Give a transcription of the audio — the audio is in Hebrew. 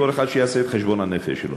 יעשה כל אחד את חשבון הנפש שלו.